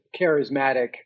charismatic